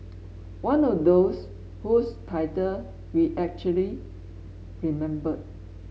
one of those whose title we actually remembered